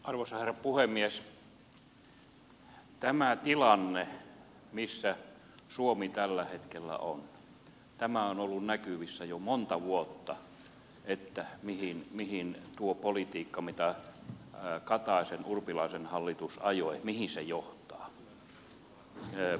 tämä tilanne missä suomi tällä hetkellä on on ollut näkyvissä jo monta vuotta mihin tuo politiikka mitä kataisenurpilaisen hallitus ajoi johtaa